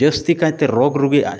ᱡᱟᱥᱛᱤ ᱠᱟᱭᱛᱮ ᱨᱳᱜᱽ ᱨᱩᱜᱤ